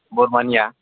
बरमानिया